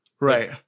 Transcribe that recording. right